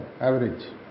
average